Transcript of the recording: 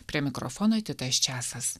prie mikrofono titas česas